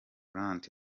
grant